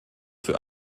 für